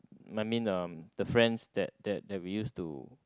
I mean uh the friends that that that we used to